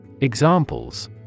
Examples